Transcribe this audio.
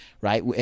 right